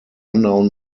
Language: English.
unknown